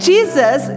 Jesus